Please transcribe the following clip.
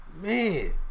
Man